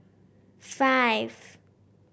five